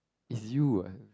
is you what